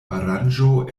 aranĝo